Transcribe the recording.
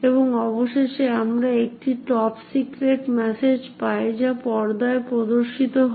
এবং অবশেষে আমরা একটি টপ সিক্রেট ম্যাসেজ পাই যা পর্দায় প্রদর্শিত হয়